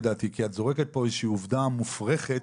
כי את זורקת פה איזושהי עובדה מופרכת.